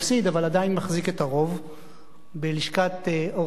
אבל עדיין מחזיק את הרוב בלשכת עורכי-הדין.